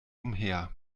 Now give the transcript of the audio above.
umher